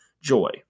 joy